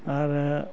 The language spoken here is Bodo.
आरो